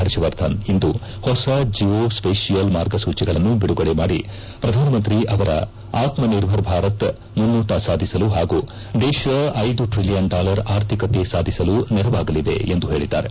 ಹರ್ಷವರ್ಧನ್ ಇಂದು ಹೊಸ geospatial ಮಾರ್ಗಸೂಚಿಗಳನ್ನು ಬಿಡುಗಡೆ ಮಾಡಿ ಪ್ರಧಾನಮಂತ್ರಿ ಅವರ ಆತ್ಪನಿರ್ಭರ್ ಭಾರತ್ ಮುನ್ನೋಟ ಸಾಧಿಸಲು ಹಾಗೂ ದೇತ ಐದು ಟ್ರಲಿಯನ್ ಡಾಲರ್ ಆರ್ಥಿಕತೆ ಸಾಧಿಸಲು ನೆರವಾಗಲಿವೆ ಎಂದು ಹೇಳಿದ್ದಾರೆ